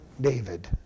David